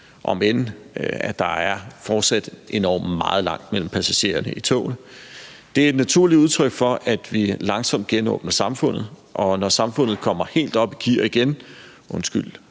omend der fortsat er endog meget langt mellem passagererne i togene. Det er et naturligt udtryk for, at vi langsomt genåbner samfundet, og når samfundet kommer helt op i gear igen – undskyld